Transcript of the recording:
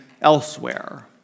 elsewhere